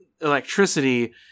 electricity